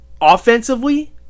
Offensively